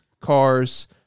cars